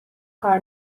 کار